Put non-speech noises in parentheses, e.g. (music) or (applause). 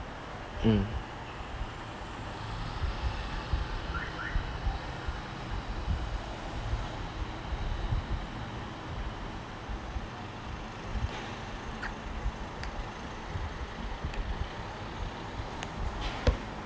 mm (noise)